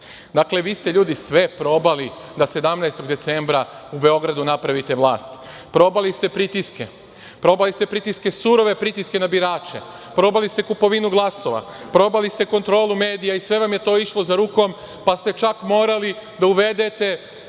dakle, vi ste ljudi sve probali da 17. decembra u Beogradu napravite vlast. Probali ste pritiske, probali ste pritiske, surove pritiske na birače, probali ste kupovinu glasova, probali ste kontrolu medija i sve vam je to išlo za rukom, pa ste čak morali da uvedete